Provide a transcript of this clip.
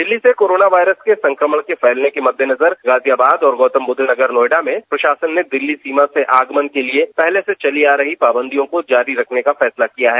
दिल्ली से corona virus संक्रमण फैलने के मद्देनजर गाजियाबाद और गौतमबुद्ध नगर नोएडा में प्रशासन ने दिल्ली सीमा से आगमन के लिए पहले से चली आ रही पाबंदियों को जारी रखने का फैसला किया है